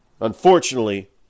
Unfortunately